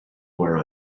where